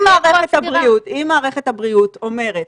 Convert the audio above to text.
אם מערכת הבריאות אומרת,